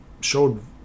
showed